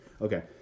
Okay